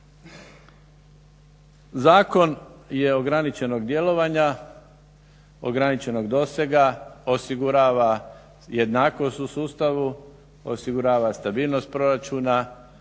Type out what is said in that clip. Zakon je ograničenog djelovanja, ograničenog dosega, osigurava jednakost u sustavu, osigurava stabilnost proračuna,